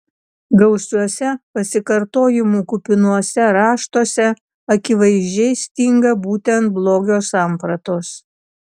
gausiuose pasikartojimų kupinuose raštuose akivaizdžiai stinga būtent blogio sampratos